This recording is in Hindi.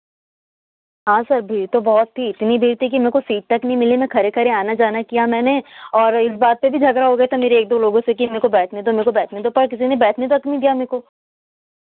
हाँ सर भीड़ तो बहुत थी इतनी भीड़ थी कि मेरे को सीट तक नहीं मिली मेरे को खड़े खड़े आना जाना किया मैंने और इस बात पर भी झगड़ा हो गया था मेरे एक दो लोगों से की मेरे को बैठने दो मेरे को बैठने दो पर किसी ने बैठने तक नहीं दिया मेरे को